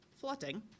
flooding